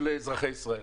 של אזרחי ישראל.